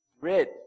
red